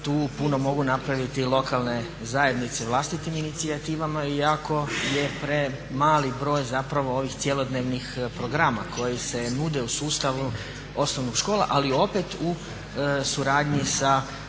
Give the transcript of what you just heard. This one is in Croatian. tu puno mogu napraviti lokalne zajednice vlastitim inicijativama, iako je premali broj ovih cjelodnevnih programa koji se nude u sustavu osnovnih škola, ali opet u suradnji sa